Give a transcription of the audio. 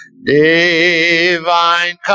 Divine